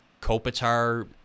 Kopitar